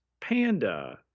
Panda